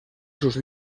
sus